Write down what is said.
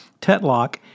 Tetlock